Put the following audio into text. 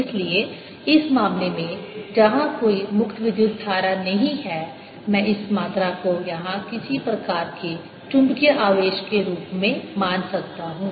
इसलिए इस मामले में जहां कोई मुक्त विद्युत धारा नहीं है मैं इस मात्रा को यहां किसी प्रकार के चुंबकीय आवेश के रूप में मान सकता हूं